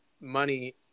money